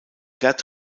gerd